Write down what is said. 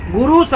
Guru